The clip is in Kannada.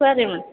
ಸರಿ ಮ್ಯಾಮ್